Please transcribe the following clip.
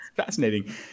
Fascinating